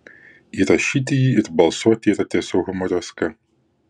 įrašyti jį ir balsuoti yra tiesiog humoreska